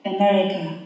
America